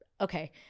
okay